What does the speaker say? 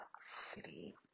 city